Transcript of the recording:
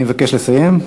אני מבקש לסיים.